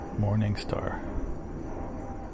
Morningstar